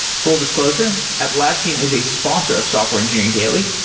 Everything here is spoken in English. full disclosure atlassian is a sponsor of software engineering daily,